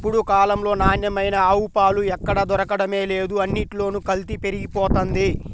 ఇప్పుడు కాలంలో నాణ్యమైన ఆవు పాలు ఎక్కడ దొరకడమే లేదు, అన్నిట్లోనూ కల్తీ పెరిగిపోతంది